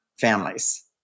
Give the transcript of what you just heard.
families